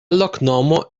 loknomo